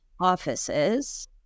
offices